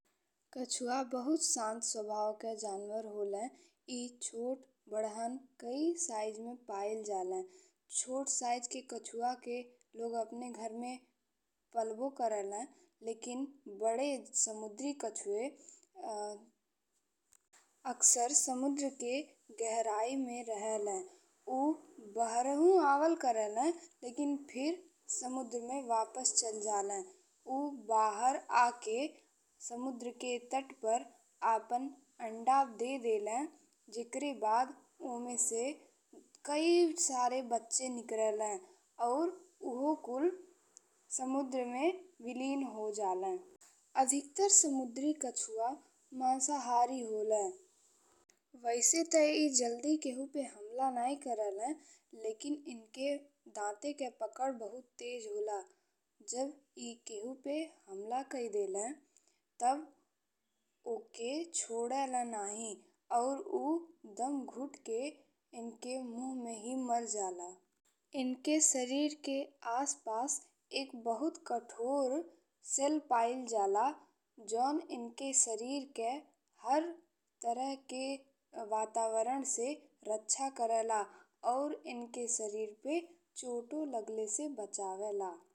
कछुआ बहुत शांत स्वभाव के जनावर होला। ए छोट बड़न कई साइज में पाइल जाले। छोट साइज के कछुआ के लोग अपने घर में पालबो करेले। लेकिन बड़े समुद्री कछुए अक्सर समुद्र के गहराई में रहले। उ बहारहु आवल करेले लेकिन फिर समुद्र में वापस चली जाले। उ बाहर आके समुद्र के तट पर आपन अंडा दे देले जेकर बाद ओमे से कई सारे बच्चे निकरले और उहो कुल समुद्र में विलीन हो जाले। अधिकांश समुद्री कछुआ मांसाहारी होला। वैसे ते ई जल्दी केहू पे हमला नहीं करेले लेकिन एनके दांत के पकड़ बहुत तेज होला। जब ई केहू पे हमला कई देले तब ओकर छोड़ेले नहीं अउर उ दम घुटी के एनके मुँह में ही मरी जाला। एनके शरीर के आस पास एक बहुत कठोर सेल पाइ ल जाला जौन एनके शरीर के हर तरह के वातावरण से रक्षा करे ला अउर एनके शरीर पे चोटो लगले से बचावेला।